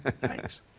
Thanks